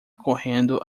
correndo